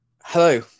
hello